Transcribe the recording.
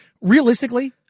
Realistically